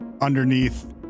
underneath